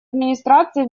администрации